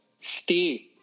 stay